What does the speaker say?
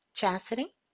Chastity